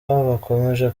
bakomeje